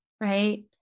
right